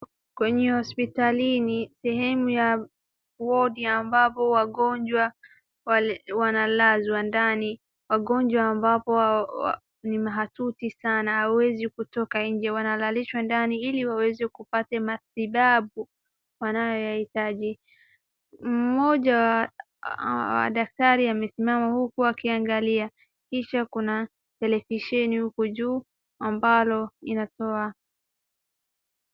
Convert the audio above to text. Kwenye hospitalini sehemu ya wodi ambapo wagonjwa wanalzwa ndani, wagonjwa ambao ni mahututi sana hawawezi kutoka nje, wanalalishwa ili waweze kupata matibabu, wanayohitaji. Mmoja wa daktari amesimama huku akiangalia, kisha kuna televisheni huku juu ambalo linatoa.